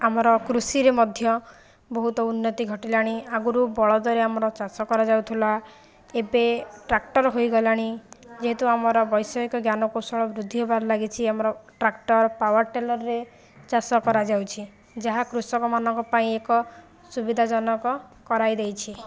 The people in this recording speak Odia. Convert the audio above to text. ଆମର କୃଷିରେ ମଧ୍ୟ ବହୁତ ଉନ୍ନତି ଘଟିଲାଣି ଆଗରୁ ବଳଦରେ ଆମର ଚାଷ କରାଯାଉଥିଲା ଏବେ ଟ୍ରାକ୍ଟର ହୋଇଗଲାଣି ଯେହେତୁ ଆମର ବୈଷୟିକ ଜ୍ଞାନ କୌଶଳ ବୃଦ୍ଧି ହେବାରେ ଲାଗିଛି ଆମର ଟ୍ରାକ୍ଟର ପାୱାର ଟେଲରରେ ଚାଷ କରାଯାଉଛି ଯାହା କୃଷକମାନଙ୍କ ପାଇଁ ଏକ ସୁବିଧା ଜନକ କରାଇ ଦେଇଛି